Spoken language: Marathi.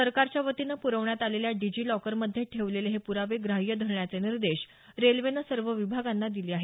सरकारच्या वतीनं प्रवण्यात आलेल्या डिजिलॉकर मध्ये ठेवलेले हे प्रावे ग्राह्य धरण्याचे निर्देश रेल्वेनं सर्व विभागांना दिले आहेत